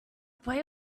boy